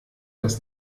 dass